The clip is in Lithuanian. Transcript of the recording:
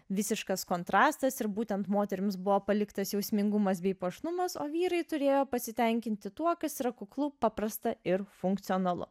visiškas kontrastas ir būtent moterims buvo paliktas jausmingumas bei puošnumas o vyrai turėjo pasitenkinti tuo kas yra kuklu paprasta ir funkcionalu